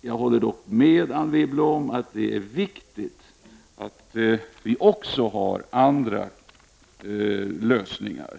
Jag håller dock med Anne Wibble om att det är viktigt att det också finns andra lösningar